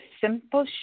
simple